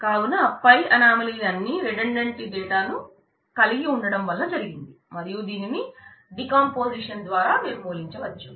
కావున పై అనామలీ ద్వారా నిర్మూలించవచ్చు